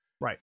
Right